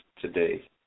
today